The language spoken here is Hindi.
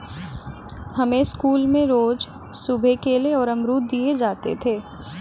हमें स्कूल में रोज सुबह केले और अमरुद दिए जाते थे